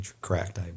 correct